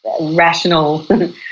rational